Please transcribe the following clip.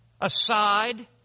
aside